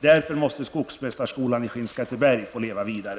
Därför måste skogsmästarskolan i Skinnskatteberg få leva vidare.